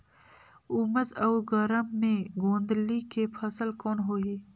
उमस अउ गरम मे गोंदली के फसल कौन होही?